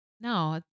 No